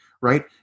right